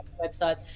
websites